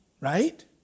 Right